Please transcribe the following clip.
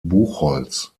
buchholz